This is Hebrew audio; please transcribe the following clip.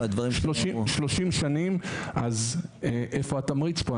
אז איפה התמריץ פה?